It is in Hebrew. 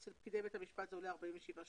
אצל פקידי בית המשפט זה עולה 47 שקלים.